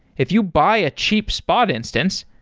if you buy a cheap spot instance,